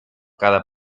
cada